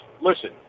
listen